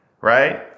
right